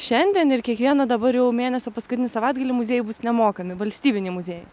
šiandien ir kiekvieną dabar jau mėnesio paskutinį savaitgalį muziejai bus nemokami valstybiniai muziejai